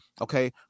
okay